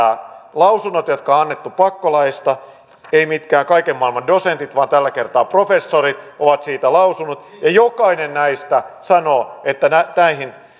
lausunnot jotka on annettu pakkolaeista eivät mitkään kaiken maailman dosentit vaan tällä kertaa professorit ovat niistä lausuneet ja jokainen näistä sanoo että näihin